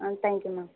ah thank you ma'am